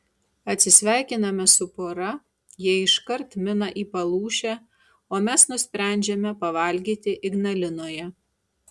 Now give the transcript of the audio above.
atsisveikiname su pora jie iškart mina į palūšę o mes nusprendžiame pavalgyti ignalinoje